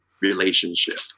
relationship